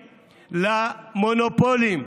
למונופולים,